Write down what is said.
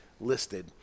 listed